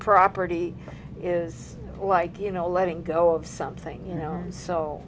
property is like you know letting go of something you know so